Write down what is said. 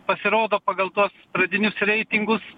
pasirodo pagal tuos pradinius reitingus